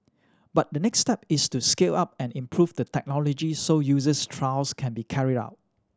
but the next step is to scale up and improve the technology so user trials can be carried out